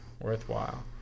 Worthwhile